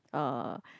uh